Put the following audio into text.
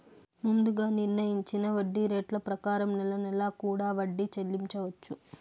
ముందుగా నిర్ణయించిన వడ్డీ రేట్ల ప్రకారం నెల నెలా కూడా వడ్డీ చెల్లించవచ్చు